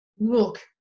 Look